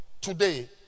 Today